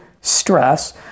stress